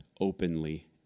openly